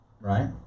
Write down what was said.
right